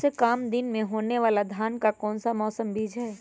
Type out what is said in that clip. सबसे काम दिन होने वाला धान का कौन सा बीज हैँ?